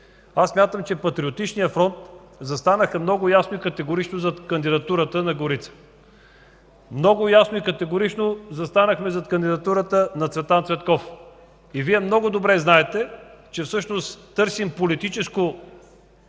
Аз смятам, че Патриотичният фронт застана много ясно и категорично зад кандидатурата на Горица. Много ясно и категорично застанахме зад кандидатурата на Цветан Цветков. Вие много добре знаете, че търсим политическо